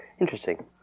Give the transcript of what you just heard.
Interesting